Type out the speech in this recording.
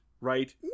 right